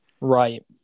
Right